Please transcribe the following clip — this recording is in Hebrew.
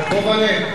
יעקב'לה,